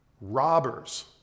robbers